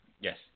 Yes